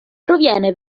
proviene